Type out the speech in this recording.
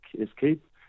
escape